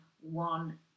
one